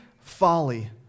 folly